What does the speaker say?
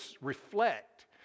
reflect